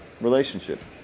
relationship